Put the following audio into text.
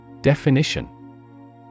Definition